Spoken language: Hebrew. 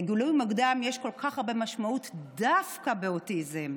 לגילוי מוקדם יש כל כך הרבה משמעות דווקא באוטיזם,